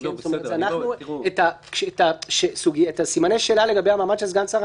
אז בהדרגה בהיבטים מסוימים התנתק מהכנסת,